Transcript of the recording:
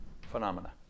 phenomena